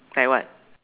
like what